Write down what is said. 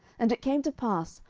and it came to pass,